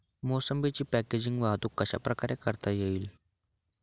मोसंबीची पॅकेजिंग वाहतूक कशाप्रकारे करता येईल?